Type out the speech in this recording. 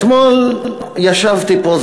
אתמול ישבתי פה,